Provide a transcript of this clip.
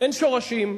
אין שורשים.